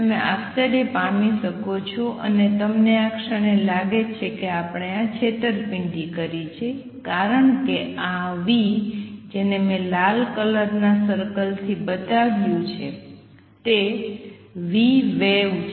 તમે આશ્ચર્ય પામી શકો છો અને તમને આ ક્ષણે લાગે છે કે આપણે છેતરપિંડી કરી છે કારણ કે આ v જેને મે લાલ કલર ના સર્કલ થી બતાવીયું છે તે vwave છે